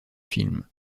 film